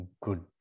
Good